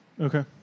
Okay